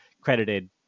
credited